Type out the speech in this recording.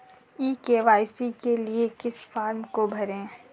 ई KYC के लिए किस फ्रॉम को भरें?